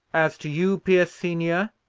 as to you, pierce senior,